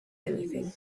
anything